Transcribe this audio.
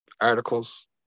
articles